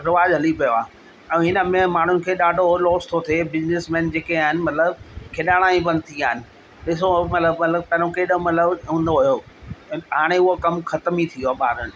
रिवाजु हली पियो आहे ऐं हिन में माण्हुनि खे ॾाढो लोस थो थिए बिज़िनिसमेन जेके आहिनि मतिलबु खेॾाइणा ई बंदि थी विया आहिनि ॾिसो मतिलबु मतिलबु पहिरियों केॾो मतिलबु हूंदो हुयो हाणे उहो कमु ख़तम ई थी वियो आहे ॿारनि